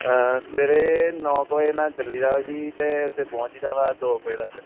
ਸਵੇਰੇ ਨੌਂ ਕੁ ਵਜੇ ਨਾਲ ਚੱਲੀ ਦਾ ਜੀ ਅਤੇ ਉੱਥੇ ਪਹੁੰਚ ਜਾਈ ਦਾ ਵਾ ਦੋ ਕੁ ਵਜੇ ਤੱਕ